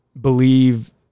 believe